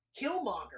Killmonger